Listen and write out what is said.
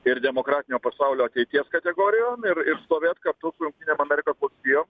ir demokratinio pasaulio ateities kategorijom ir ir stovėt kartu su jungtinėm amerikos valstijom